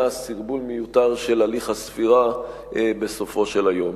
ומן הצד השני ימנע סרבול מיותר של הליך הספירה בסופו של היום.